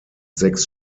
sechs